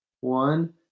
One